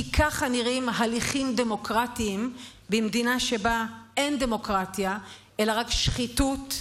כי ככה נראים הליכים דמוקרטיים במדינה שבה אין דמוקרטיה אלא רק שחיתות,